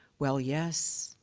well, yes.